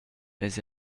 eis